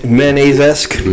mayonnaise-esque